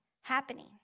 happening